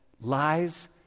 lies